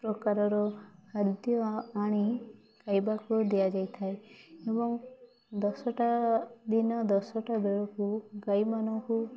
ପ୍ରକାରର ଖାଦ୍ୟ ଆଣି ଖାଇବାକୁ ଦିଆଯାଇଥାଏ ଏବଂ ଦଶଟା ଦିନ ଦଶଟା ବେଳକୁ ଗାଈମାନଙ୍କୁ